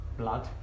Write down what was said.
blood